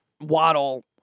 Waddle